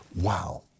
Wow